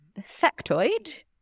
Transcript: factoid